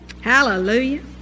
Hallelujah